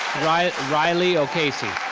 riley riley o'casey.